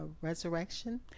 resurrection